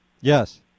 Yes